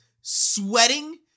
sweating